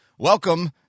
Welcome